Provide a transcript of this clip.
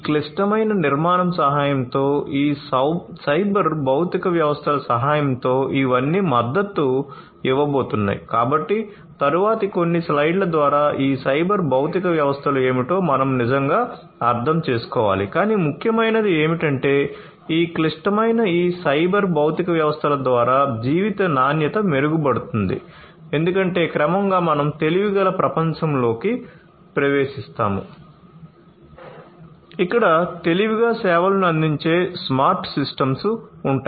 0 లో ఈ సైబర్ భౌతిక వ్యవస్థలను ప్రవేశిస్తాము ఇక్కడ తెలివిగా సేవలను అందించే స్మార్ట్ సిస్టమ్స్ ఉంటాయి